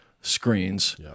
screens